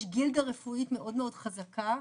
יש גילדה רפואית מאוד מאוד חזקה,